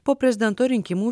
po prezidento rinkimų